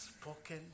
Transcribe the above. spoken